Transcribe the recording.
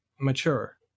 mature